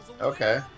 Okay